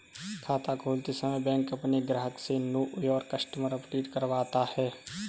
खाता खोलते समय बैंक अपने ग्राहक से नो योर कस्टमर अपडेट करवाता है